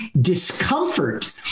discomfort